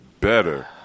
better